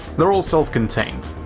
they're all self-contained,